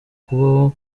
kubaho